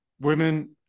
women